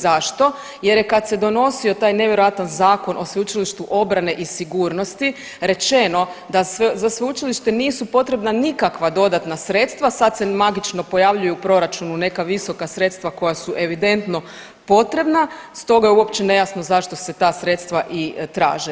Zašto, jer kad se donosio taj nevjerojatan zakon o Sveučilištu obrane i sigurnosti rečeno da za sveučilište nisu potrebna nikakva dodatna sredstva, sad se magično pojavljuju u proračunu neka visoka sredstva koja su evidentno potrebna stoga je uopće nejasno zašto se ta sredstva i traže.